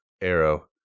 Arrow